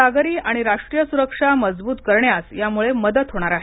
सागरी आणि राष्ट्रीय सुरक्षा मजबूत करण्यास यामुळे मदत होणार आहे